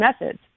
methods